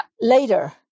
later